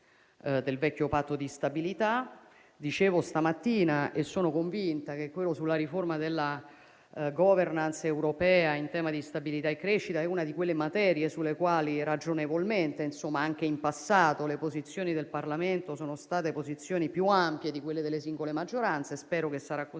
del vecchio Patto di stabilità. Dicevo stamattina e sono convinta che quella sulla riforma della *governance* europea in tema di stabilità e crescita sia una di quelle materie sulle quali ragionevolmente, anche in passato, le posizioni del Parlamento sono state più ampie di quelle delle singole maggioranze. Spero che sarà così